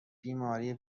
بیماری